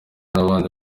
n’abandi